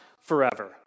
forever